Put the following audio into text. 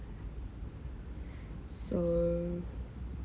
so